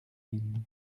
mines